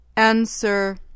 Answer